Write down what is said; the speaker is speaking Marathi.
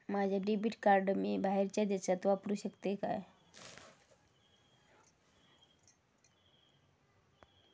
माझा डेबिट कार्ड मी बाहेरच्या देशात वापरू शकतय काय?